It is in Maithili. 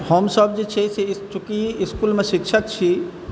हमसब जे छै से चूँकि इसकुलमे शिक्षक छी